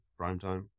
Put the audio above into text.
Primetime